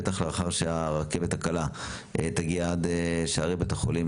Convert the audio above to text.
ותוכלו לעשות זאת בוודאי לאחר שהרכבת הקלה תגיע עד לשערי בית החולים.